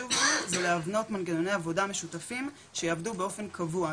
חשוב לנו זה להבנות מנגנוני עבודה משותפים שיעבדו באופן קבוע,